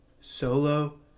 Solo